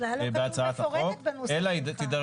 בכלל לא כתוב מפורטת בנוסח --- אלא תידרש